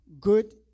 Good